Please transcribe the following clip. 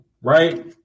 Right